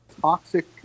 toxic